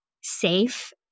safe